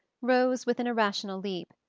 rose with an irrational leap.